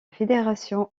fédération